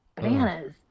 bananas